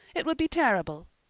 it would be terrible.